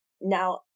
now